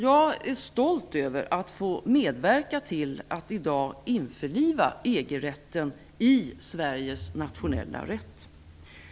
Jag är stolt över att få medverka till att i dag införliva EG-rätten i Sveriges nationella rätt.